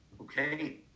okay